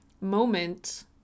moment